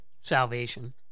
salvation